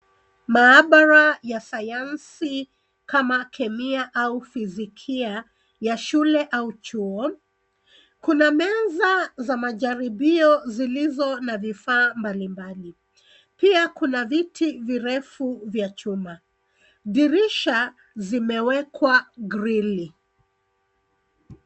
Maabara ya sayansi, kama kemia au fizikia, ya shule au chuo. Kuna meza za majaribio zilizo na vifaa mbalimbali, pia kuna viti virefu vya chuma. Dirisha zimewekwa grili.